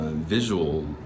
visual